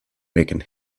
making